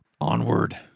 Onward